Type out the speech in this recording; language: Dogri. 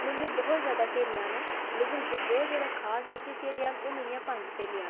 मेरियां बहुत जैदा स्हेलियां न लेकिन बहुत जैदा खास जेह्कियां स्हेलियां न ओह् मेरियां पंज स्हेलियां न